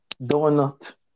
Donut